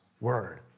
word